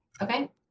Okay